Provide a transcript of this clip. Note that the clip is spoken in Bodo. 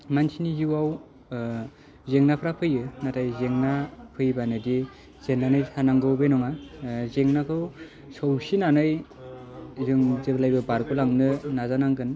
मानसिनि जिउआव जेंनाफ्रा फैयो नाथाय जेंना फैयोबानोदि जेननानै थानांगौ बे नङा जेंनाखौ सौसिनानै जों जेब्लायबो बारग'लांनो नाजानांगोन